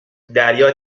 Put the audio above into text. دریا